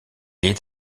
est